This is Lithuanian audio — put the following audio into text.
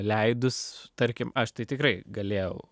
leidus tarkim aš tai tikrai galėjau